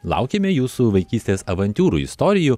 laukiame jūsų vaikystės avantiūrų istorijų